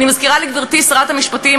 אני מזכירה לגברתי שרת המשפטים,